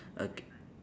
okay